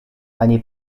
ani